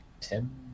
Tim